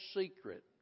secret